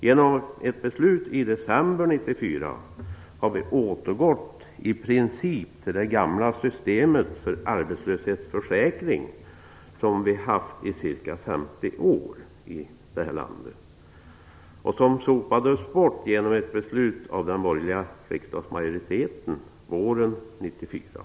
Genom ett beslut i december 1994 har vi i princip återgått till det gamla systemet för arbetslöshetsförsäkring som vi har haft i ca 50 år i detta land, vilket sopades bort genom ett beslut av den borgerliga riksdagsmajoriteten våren 1994.